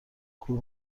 کور